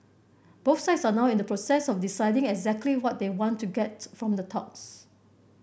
both sides are now in the process of deciding exactly what they want to get from the talks